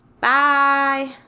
Bye